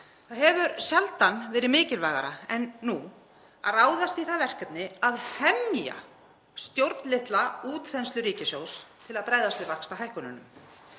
hefur verið mikilvægara en nú að ráðast í það verkefni að hemja stjórnlitla útþenslu ríkissjóðs til að bregðast við vaxtahækkunum.